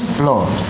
blood